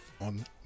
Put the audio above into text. on